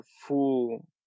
full